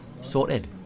Sorted